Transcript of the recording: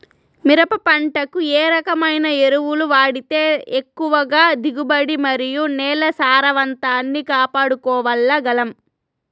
మిరప పంట కు ఏ రకమైన ఎరువులు వాడితే ఎక్కువగా దిగుబడి మరియు నేల సారవంతాన్ని కాపాడుకోవాల్ల గలం?